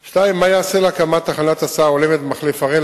2. מה ייעשה להקמת תחנת הסעה הולמת במחלף הראל,